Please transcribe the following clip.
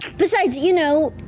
besides, you know,